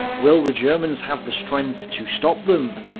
will the germans have the strength to stop them?